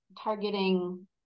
targeting